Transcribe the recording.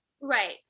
Right